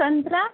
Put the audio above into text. संत्रा